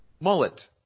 Mullet